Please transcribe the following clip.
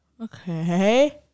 Okay